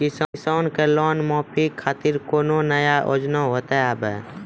किसान के लोन माफी खातिर कोनो नया योजना होत हाव?